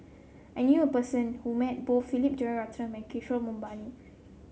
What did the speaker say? I knew a person who met both Philip Jeyaretnam Kishore Mahbubani